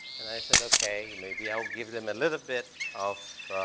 and i said, okay. maybe i'll give them a little bit of